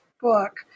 book